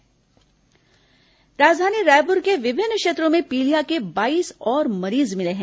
पीलिया शिविर राजधानी रायपुर के विभिन्न क्षेत्रों में पीलिया के बाईस और मरीज मिले हैं